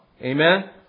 Amen